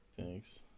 Thanks